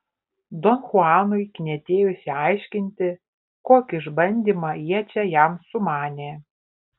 don chuanui knietėjo išsiaiškinti kokį išbandymą jie čia jam sumanė